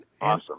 awesome